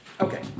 Okay